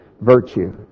Virtue